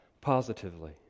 Positively